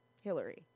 Hillary